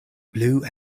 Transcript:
blue